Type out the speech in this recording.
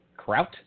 Kraut